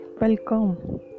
welcome